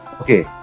Okay